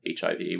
HIV